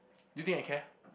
you think I care